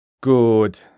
Good